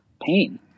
pain